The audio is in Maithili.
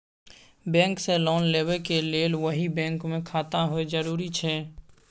बैंक से लोन लेबै के लेल वही बैंक मे खाता होय जरुरी छै?